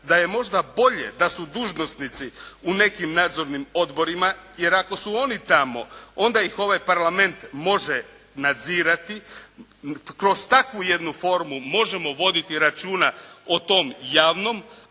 da je možda bolje da su dužnosnici u nekim nadzornim odborima, jer ako su oni tamo onda ih ovaj parlament može nadzirati. Kroz takvu jednu formu možemo voditi računa o tom javnom,